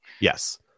Yes